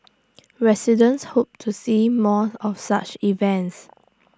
residents hope to see more of such events